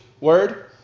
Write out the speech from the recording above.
word